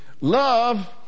Love